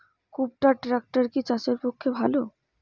কুবটার ট্রাকটার কি চাষের পক্ষে ভালো?